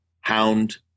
Hound